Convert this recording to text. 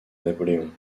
napoléon